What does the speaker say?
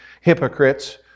hypocrites